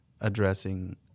addressing